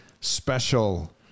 special